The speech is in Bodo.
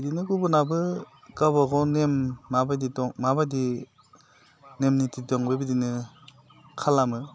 बिदिनो गुबुनाबो गाबागाव नेम माबायदि नेम निथि दं बिदिनो खालामो